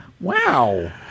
Wow